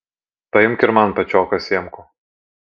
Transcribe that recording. paimk ir man pačioką sėmkų